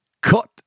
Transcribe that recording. Cut